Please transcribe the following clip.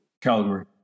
Calgary